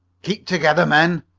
keep together, men!